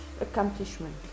accomplishment